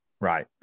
right